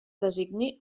designi